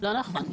לא נכון.